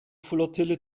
flottille